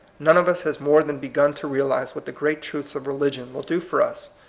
none of us has more than begun to realize what the great truths of religion will do for us.